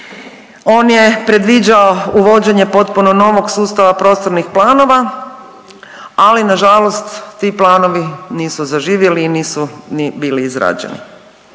on je predviđao uvođenje potpuno novog sustava prostornih planova, ali nažalost ti planovi nisu zaživjeli i nisu ni bili izrađeni